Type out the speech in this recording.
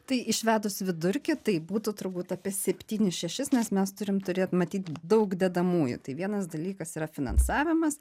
tai išvedus vidurkį tai būtų turbūt apie septynis šešis nes mes turim turėt matyt daug dedamųjų tai vienas dalykas yra finansavimas